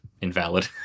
invalid